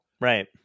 Right